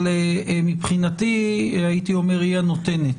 מבחינתי הייתי אומר היא הנותנת.